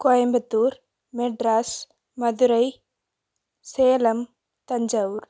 Coimbatore Madras Madurai Salem Thanjavur